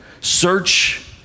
search